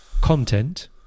content